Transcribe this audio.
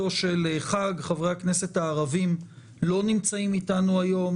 חברי הכנסת הערבים לא נמצאים איתנו היום,